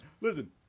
Listen